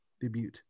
Debut